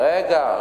רגע,